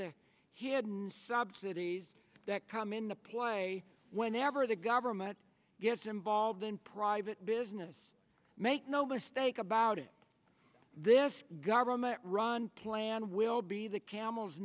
this he hadn't subsidies that come in apply whenever the government gets involved in private business make no mistake about it this government run plan will be the camel